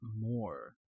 more